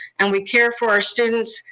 and we care for our students,